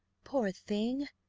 poor thing!